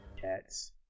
Cats